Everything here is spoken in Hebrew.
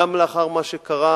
גם לאחר מה שקרה